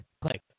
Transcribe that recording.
click